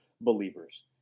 believers